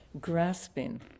grasping